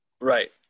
right